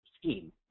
scheme